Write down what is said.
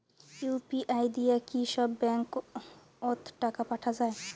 UPI দিয়া কি সব ব্যাংক ওত টাকা পাঠা যায়?